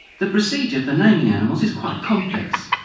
the procedure for naming animals is quite complex.